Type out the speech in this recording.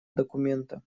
документа